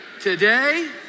today